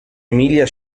emilia